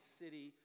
city